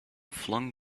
flung